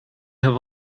have